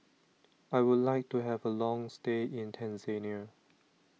I would like to have a long stay in Tanzania